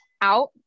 out